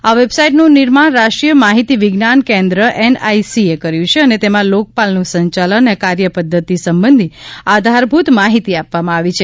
આ વેબસાઈટનું નિર્માણ રાષ્ટ્રીય માહિતી વિજ્ઞાન કેન્દ્ર એનઆઈસીએ કર્યું છે અને તેમાં લોકપાલનું સંચાલન અને કાર્યપદ્વતિ સંબંધી આધારભૂત માહિતી આપવામાં આવી છે